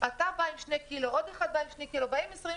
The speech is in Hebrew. אתה בא עם שני קילו, עוד אחד בא עם שני קילו, כך